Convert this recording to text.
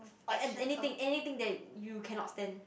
or an~ anything anything that you cannot stand